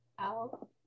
out